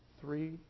three